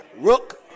Rook